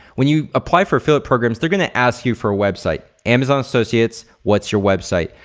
when you apply for affiliate programs, they're gonna ask you for a website. amazon associates, what's your website?